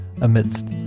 amidst